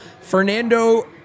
Fernando